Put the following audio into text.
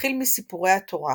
מתחיל מסיפורי התורה